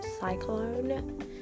cyclone